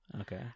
Okay